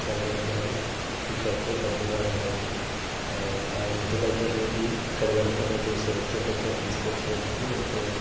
driver గారు మీకు ఎంతో ధన్యవాదాలు అండి మా ఇంటి దగ్గర నుండి ఇక్కడ వరకు నన్ను సురక్షితంగా తీసుకువచ్చినందుకు ఎంతో